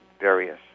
various